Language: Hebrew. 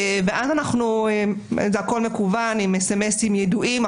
ואז זה הכול מקוון עם אס אם אסים ידועים,